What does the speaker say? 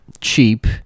cheap